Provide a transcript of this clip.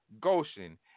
Goshen